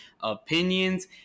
opinions